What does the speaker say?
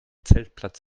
zeltplatz